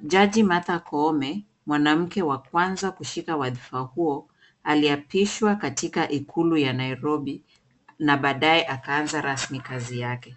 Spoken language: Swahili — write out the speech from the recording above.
Jaji Martha Koome, mwanamke wa kwanza kushika wadhifa huo, aliapishwa katika ikulu ya Nairobi na baadae akaanza rasmi kazi yake.